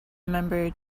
member